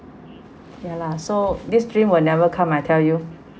ya lah so this dream will never come I tell you